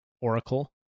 oracle